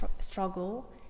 struggle